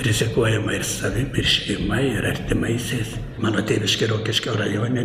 rizikuojama ir savim ir šeima ir artimaisiais mano tėviškė rokiškio rajone